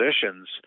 positions